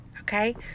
okay